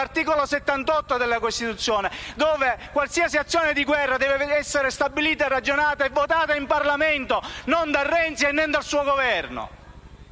l'articolo 78 della Costituzione, dove si dice che qualsiasi azione di guerra deve essere stabilita, ragionata e votata in Parlamento, e non da Renzi né dal suo Governo.